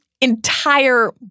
entire